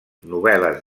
novel·les